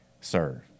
serve